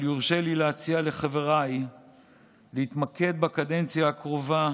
אבל יורשה לי להציע לחבריי להתמקד בקדנציה הקרובה